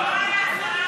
נדרש לשקל,